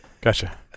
Gotcha